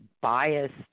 biased